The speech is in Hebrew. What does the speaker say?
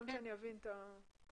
כן.